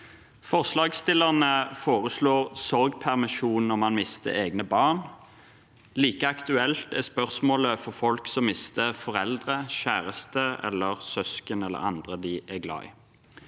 Forslagsstillerne foreslår sorgpermisjon når man mister egne barn. Like aktuelt er spørsmålet for folk som mister foreldre, kjæreste, søsken eller andre de er glad i.